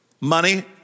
money